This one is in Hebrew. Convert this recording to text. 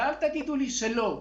ואל תגידו לי שלא,